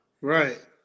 Right